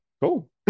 cool